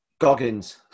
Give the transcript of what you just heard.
Goggins